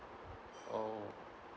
oh